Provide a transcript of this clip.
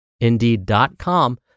indeed.com